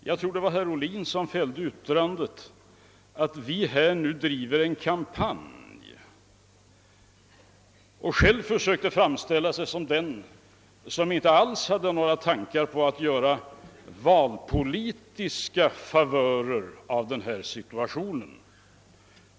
Jag tror att det var herr Ohlin som fällde yttrandet att vi driver en kampanj. Han försökte framställa sig själv som om han inte hade några tankar på att bereda sig valpolitiska favörer av denna situation.